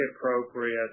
appropriate